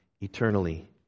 eternally